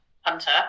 hunter